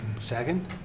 Second